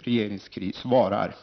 regeringskrisen varar.